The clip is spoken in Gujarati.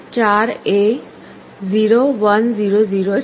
4 એ 0 1 0 0 છે